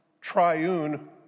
triune